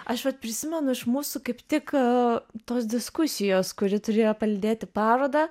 aš vat prisimenu iš mūsų kaip tik tos diskusijos kuri turėjo palydėti parodą